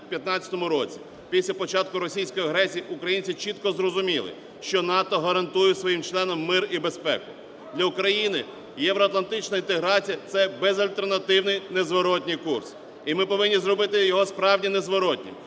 в 2015 році. Після початку російської агресії українці чітко зрозуміли, що НАТО гарантує своїм членам мир і безпеку. Для України євроатлантична інтеграція – це безальтернативний, незворотній курс. І ми повинні зробити його справді незворотнім,